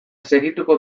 segituko